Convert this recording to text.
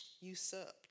usurped